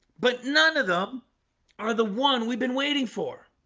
but none of them are the one we've been waiting for